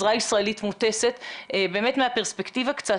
נשמח לשמוע מה יש לך לתרום לדיון הספציפי הזה מבחינת הפרספקטיבה שלכם,